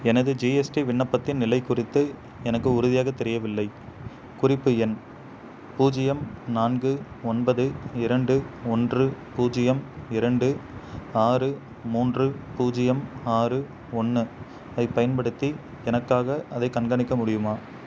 எனது ஜிஎஸ்டி விண்ணப்பத்தின் நிலை குறித்து எனக்கு உறுதியாக தெரியவில்லை குறிப்பு எண் பூஜ்ஜியம் நான்கு ஒன்பது இரண்டு ஒன்று பூஜ்ஜியம் இரண்டு ஆறு மூன்று பூஜ்ஜியம் ஆறு ஒன்று ஐப் பயன்படுத்தி எனக்காக அதைக் கண்காணிக்க முடியுமா